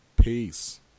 peace